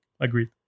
Agreed